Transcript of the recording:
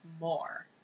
more